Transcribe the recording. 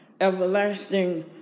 everlasting